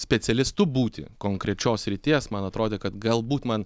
specialistu būti konkrečios srities man atrodė kad galbūt man